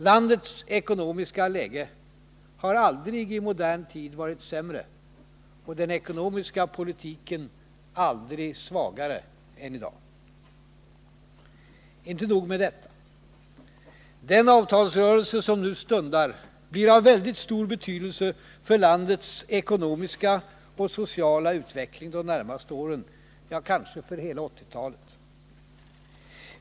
Landets ekonomiska läge har aldrig i modern tid varit sämre och den ekonomiska politiken aldrig svagare än i dag. Inte nog med detta. Den avtalsrörelse som nu stundar blir av väldigt stor betydelse för landets ekonomiska och sociala utveckling de närmaste åren — ja, kanske för hela 1980-talet.